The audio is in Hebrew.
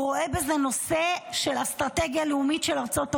הוא רואה בזה נושא של אסטרטגיה לאומית של ארצות הברית.